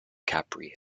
capri